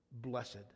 Blessed